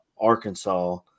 Arkansas